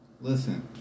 Listen